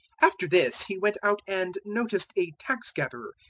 after this he went out and noticed a tax-gatherer,